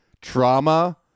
trauma